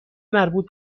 مربوط